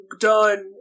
done